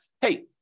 hey